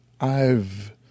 I've